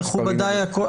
מכובדיי,